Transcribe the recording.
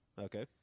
Okay